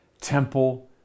Temple